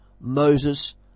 Moses